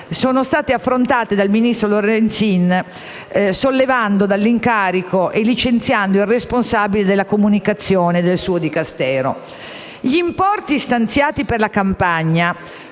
sono state affrontate dal ministro Lorenzin sollevando dall'incarico e licenziando il responsabile della comunicazione del suo Dicastero. Gli importi stanziati per la campagna